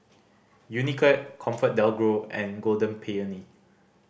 Unicurd ComfortDelGro and Golden Peony